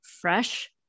fresh